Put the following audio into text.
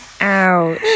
Ouch